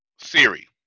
Siri